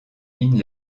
mines